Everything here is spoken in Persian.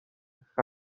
تخته